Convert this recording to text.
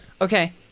okay